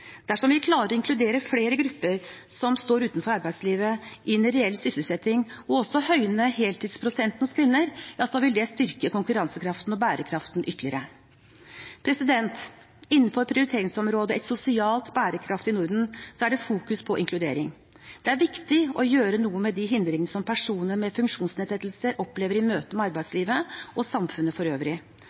Dersom vi klarer å inkludere flere grupper som står utenfor arbeidslivet, i reell sysselsetting og også høyne heltidsprosenten hos kvinner, vil det styrke konkurransekraften og bærekraften ytterligere. Innenfor prioriteringsområdet «et sosialt bærekraftig Norden» er det fokus på inkludering. Det er viktig å gjøre noe med de hindringene personer med funksjonsnedsettelser opplever i møte med arbeidslivet og samfunnet for øvrig.